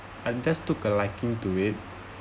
I just took a liking to it